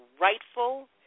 rightful